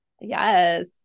Yes